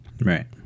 Right